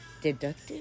deductive